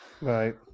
Right